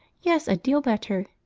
yes, a deal better,